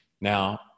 Now